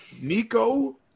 Nico